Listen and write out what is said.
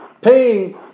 paying